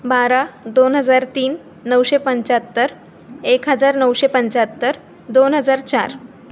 बारा दोन हजार तीन नऊशे पंचाहत्तर एक हजार नऊशे पंचाहत्तर दोन हजार चार